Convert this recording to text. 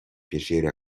piacere